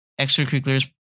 extracurriculars